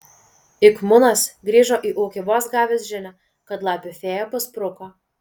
ik munas grįžo į ūkį vos gavęs žinią kad lapių fėja paspruko